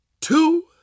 two